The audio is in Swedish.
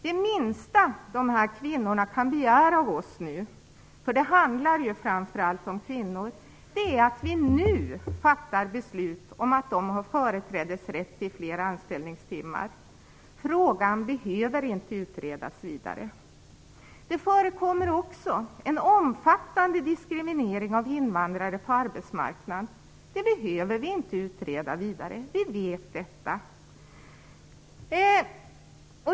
Det minsta dessa kvinnor kan begära av oss - det handlar ju framför allt om kvinnor - är att vi nu fattar beslut om att de har företrädesrätt till fler anställningstimmar. Frågan behöver inte utredas vidare. Det förekommer också en omfattande diskriminering av invandrare på arbetsmarknaden. Det behöver vi inte utreda vidare. Vi vet detta.